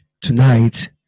tonight